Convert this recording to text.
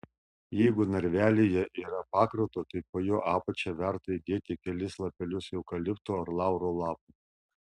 jeigu narvelyje yra pakrato tai po jo apačia verta įdėti kelis lapelius eukalipto ar lauro lapų